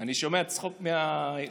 אני שומע צחוק מהיציע.